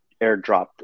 airdropped